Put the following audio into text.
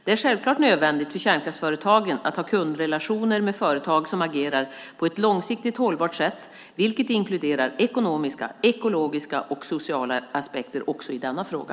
Det är självklart nödvändigt för kärnkraftsföretagen att ha kundrelationer med företag som agerar på ett långsiktigt hållbart sätt, vilket inkluderar ekonomiska, ekologiska och sociala aspekter också i denna fråga.